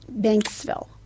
Banksville